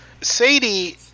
Sadie